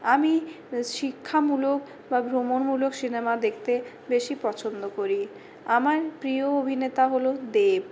আমি শিক্ষামূলক বা ভ্রমণমূলক সিনেমা দেখতে বেশি পছন্দ করি আমার প্রিয় অভিনেতা হল দেব